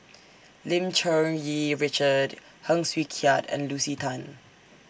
Lim Cherng Yih Richard Heng Swee Keat and Lucy Tan